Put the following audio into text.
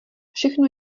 všechno